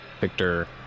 Victor